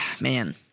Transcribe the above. man